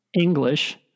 English